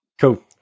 Cool